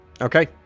Okay